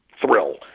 thrill